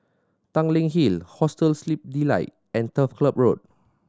Tanglin Hill Hostel Sleep Delight and Turf Club Road